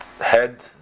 head